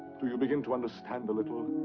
do you begin to understand a little?